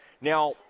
Now